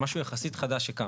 זה משהו יחסית חדש שקם.